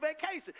vacation